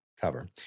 cover